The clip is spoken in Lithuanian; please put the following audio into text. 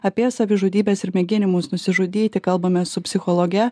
apie savižudybes ir mėginimus nusižudyti kalbamės su psichologe